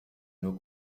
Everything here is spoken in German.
nur